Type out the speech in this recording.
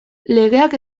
legeak